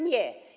Nie.